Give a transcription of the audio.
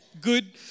good